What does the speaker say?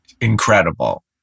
Incredible